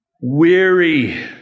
Weary